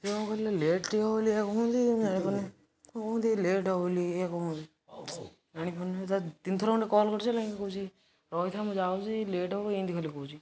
ସେ କ'ଣ କହୁଥିଲେ ଲେଟ୍ ହବ ବୋଲିି କହୁଛନ୍ତି ବୋଲି ମୁଁ ଜାଣିପାରୁନି କ'ଣ କହୁଛନ୍ତି ଲେଟ୍ ହବ ବୋଲି ଏୟା କହୁଛନ୍ତି ବୋଲି ଜାଣିପାରୁନି ତିନଥର ଖଣ୍ଡେ କଲ୍ କରିସାରିଲିଣି ସେ କହୁଛନ୍ତି ରହିଥା ମୁଁ ଯାଉଛି ଲେଟ୍ ହବ ଏମିତି ଖାଲି କହୁଛି